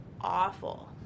awful